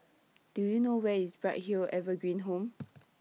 Do YOU know Where IS Bright Hill Evergreen Home